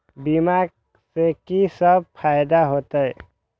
बीमा से की सब फायदा होते?